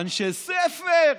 אנשי ספר.